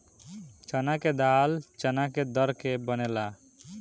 चना के दाल चना के दर के बनेला